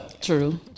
True